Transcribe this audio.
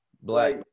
Black